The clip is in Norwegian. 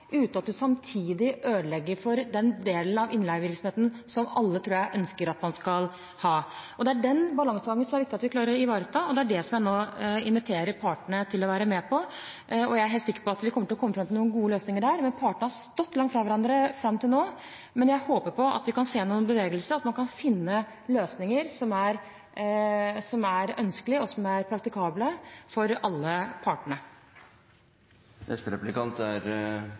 Det er den balansen det er viktig at vi klarer å ivareta. Det er det jeg nå inviterer partene til å være med på, og jeg er helt sikker på at vi kommer til å komme fram til noen gode løsninger der. Partene har stått langt fra hverandre fram til nå, men jeg håper at vi kan se en bevegelse, at man kan finne løsninger som er ønskelige og praktikable for alle partene. Saken gjelder § 14-12 i arbeidsmiljøloven, og den gjelder ikke § 14-12 første ledd, som handler om midlertidige ansettelser, det er